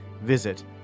visit